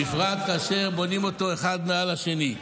בפרט כאשר בונים אותו אחד מעל השני.